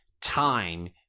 time –